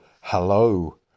hello